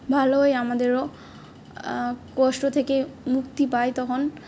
ভালোই আমাদেরও কষ্ট থেকে মুক্তি পায় তখন